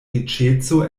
riĉeco